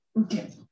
Okay